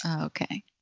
Okay